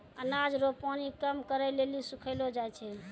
अनाज रो पानी कम करै लेली सुखैलो जाय छै